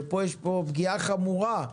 פה יש פגיעה חמורה,